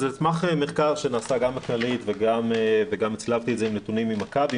על סמך מחקר שנעשה גם בכללית וגם הצלבתי את זה עם נתונים ממכבי,